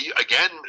again